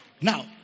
Now